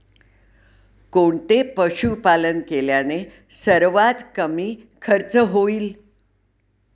कोणते पशुपालन केल्याने सर्वात कमी खर्च होईल?